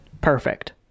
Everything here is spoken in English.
perfect